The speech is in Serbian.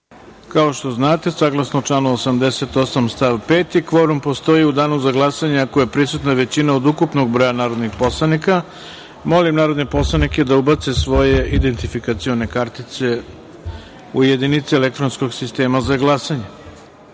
utvrdimo kvorum. Saglasno članu 88. stav 5. kvorum postoji u danu za glasanje ako je prisutna većina od ukupnog broja narodnih poslanika. Molim narodne poslanike da ubace svoje identifikacione kartice u jedinice elektronskog sistema za